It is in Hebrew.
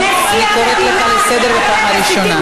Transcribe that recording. אני קוראת אותך לסדר בפעם הראשונה.